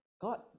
God